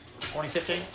2015